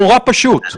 נורא פשוט.